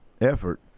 effort